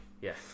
Yes